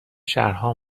شهرها